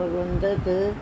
ਪ੍ਰਬੰਧਿਤ